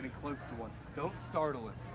close to one. don't startle it,